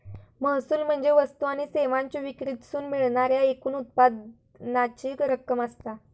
महसूल म्हणजे वस्तू आणि सेवांच्यो विक्रीतसून मिळणाऱ्या एकूण उत्पन्नाची रक्कम असता